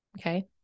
okay